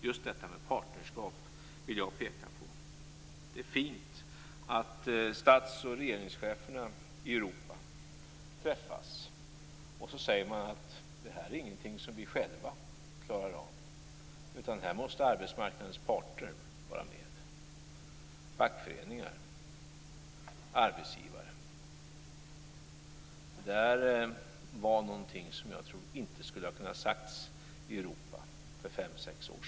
Just detta med partnerskap vill jag peka på. Det är fint att stats och regeringscheferna i Europa träffas och säger: Det här är ingenting som vi själva klarar av. Här måste arbetsmarknadens parter vara med; fackföreningar och arbetsgivare. Det är något som jag inte tror hade kunnat sägas i Europa för fem sex år sedan.